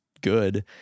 good